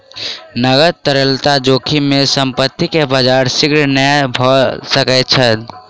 नकद तरलता जोखिम में संपत्ति के व्यापार शीघ्र नै भ सकै छै